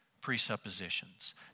presuppositions